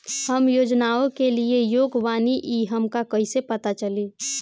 हम योजनाओ के लिए योग्य बानी ई हमके कहाँसे पता चली?